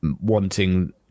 wanting